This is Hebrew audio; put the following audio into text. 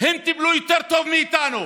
הם טיפלו יותר טוב מאיתנו,